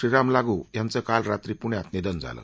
श्रीराम लागू यांचं काल रात्री पुण्यात निधन झालं